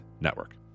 Network